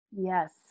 Yes